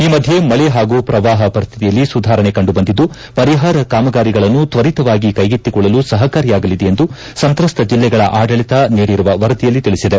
ಈ ಮಧ್ಯೆ ಮಳೆ ಹಾಗೂ ಪ್ರವಾಪ ಪರಿಸ್ತಿತಿಯಲ್ಲಿ ಸುಧಾರಣೆ ಕಂಡುಬಂದಿದ್ದು ಪರಿಹಾರ ಕಾಮಗಾರಿಗಳನ್ನು ತ್ವರಿತವಾಗಿ ಕೈಗೆತ್ತಿಕೊಳ್ಳಲು ಸಹಕಾರಿಯಾಗಲಿದೆ ಎಂದು ಸಂತ್ರಸ್ತ ಜಲ್ಲೆಗಳ ಆಡಳಿತ ನೀಡಿರುವ ವರದಿಯಲ್ಲಿ ತಿಳಿಸಿದೆ